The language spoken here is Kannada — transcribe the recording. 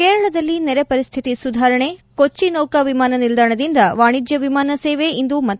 ಕೇರಳದಲ್ಲಿ ನೆರೆಪರಿಸ್ಥಿತಿ ಸುಧಾರಣೆ ಕೊಚ್ಚಿ ನೌಕಾ ವಿಮಾನ ನಿಲ್ದಾಣದಿಂದ ವಾಣಿಜ್ಞಿಕ ವಿಮಾನ ಸೇವೆ ಇಂದು ಮತ್ತೆ ಆರಂಭ